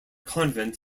convent